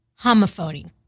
homophony